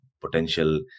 potential